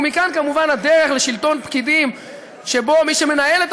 ומכאן כמובן הדרך לשלטון פקידים שבו מי שמנהלים את